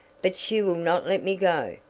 but she will not let me go.